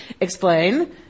explain